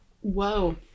Whoa